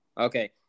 Okay